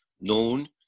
known